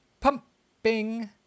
pumping